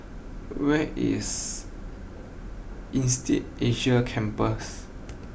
where is Insead Asia Campus